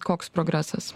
koks progresas